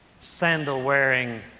sandal-wearing